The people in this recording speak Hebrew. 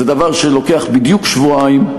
זה דבר שלוקח בדיוק שבועיים,